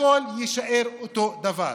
הכול יישאר אותו הדבר.